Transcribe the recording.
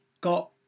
got